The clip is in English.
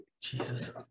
Jesus